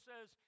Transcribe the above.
says